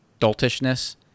doltishness